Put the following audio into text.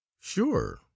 sure